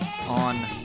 on